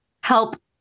help